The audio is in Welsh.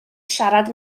siarad